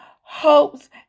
hopes